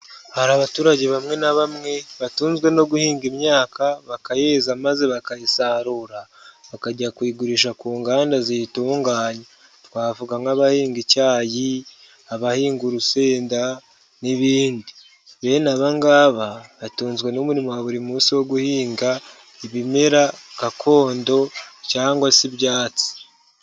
Hari abaturage bamwe na bamwe batunzwe no guhinga imyaka bakayiza maze bakayisarura bakajya kuyigurisha ku nganda ziyitunganya twavuga nk'abahinga icyayi, abahinga urusenda n'ibindi. Bene abangaba batunzwe n'umurimo wa buri munsi wo guhinga ibimera gakondo cyangwa se ibyatsi.